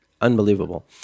unbelievable